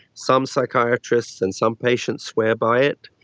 some psychiatrists and some patients swear by it.